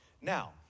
Now